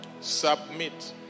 Submit